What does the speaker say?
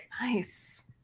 Nice